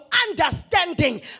understanding